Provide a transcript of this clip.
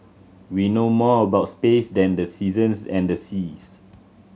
we know more about space than the seasons and the seas